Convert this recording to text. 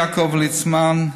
יעקב ליצמן,